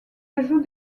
ajouts